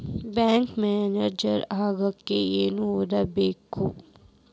Banking agent ಆಗ್ಲಿಕ್ಕೆ ಏನ್ ಓದ್ಬೇಕು?